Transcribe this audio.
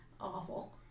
awful